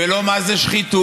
ולא מה זה שחיתות,